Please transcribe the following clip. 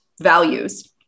values